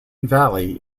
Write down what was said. valley